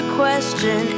question